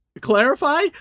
clarify